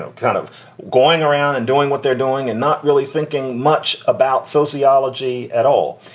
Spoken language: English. so kind of going around and doing what they're doing and not really thinking much about sociology at all.